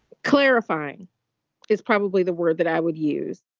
clarifying is probably the word that i would use